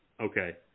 Okay